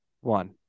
one